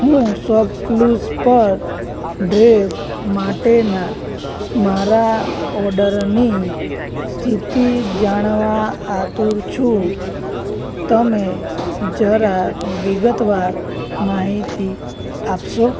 હું શોપક્લૂઝ પર ડ્રેસ માટેના મારા ઓર્ડરની સ્થિતિ જાણવા આતુર છું તમે જરા વિગતવાર માહિતી આપશો